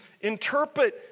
interpret